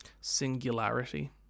Singularity